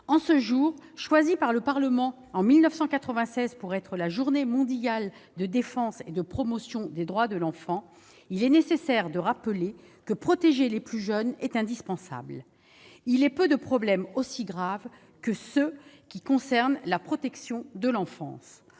En ce jour, choisi par le Parlement en 1996 pour être la Journée mondiale de défense et de promotion des droits de l'enfant, il est nécessaire de rappeler que protéger les plus jeunes est indispensable. Il est peu de problèmes aussi graves que ceux qui concernent la protection de l'enfance.